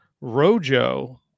Rojo